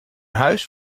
huis